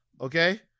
Okay